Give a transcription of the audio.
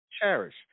cherish